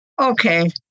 okay